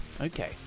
Okay